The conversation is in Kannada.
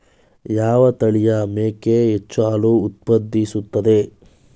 ಯಾವ ತಳಿಯ ಮೇಕೆ ಹೆಚ್ಚು ಹಾಲು ಉತ್ಪಾದಿಸುತ್ತದೆ?